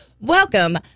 Welcome